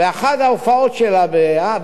הלכתי לאחת ההופעות שלה באנגליה.